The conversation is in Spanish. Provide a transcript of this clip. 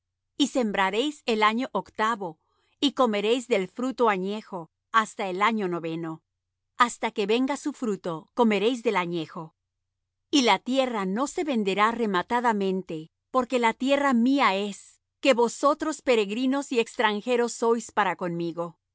y sembraréis el año octavo y comeréis del fruto añejo hasta el año noveno hasta que venga su fruto comeréis del añejo y la tierra no se venderá rematadamente porque la tierra mía es que vosotros peregrinos y extranjeros sois para conmigo